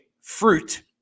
fruit